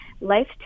life